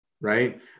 right